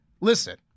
listen